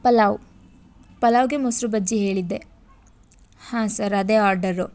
ಪಲಾವ್ ಪಲಾವಿಗೆ ಮೊಸರು ಬಜ್ಜಿ ಹೇಳಿದ್ದೆ ಹಾಂ ಸರ್ ಅದೇ ಆರ್ಡರು